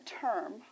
term